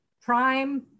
prime